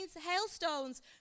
hailstones